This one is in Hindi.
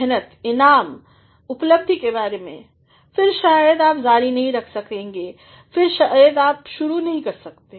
मेहनत इनाम उपलब्धि के बारे में फिर शायद आप जारी नहीं रख सकते फिर आप शुरू नहीं कर सकते